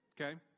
Okay